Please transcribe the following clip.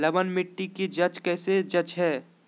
लवन मिट्टी की जच कैसे की जय है?